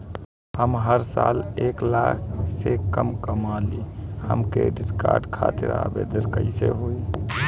हम हर साल एक लाख से कम कमाली हम क्रेडिट कार्ड खातिर आवेदन कैसे होइ?